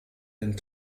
den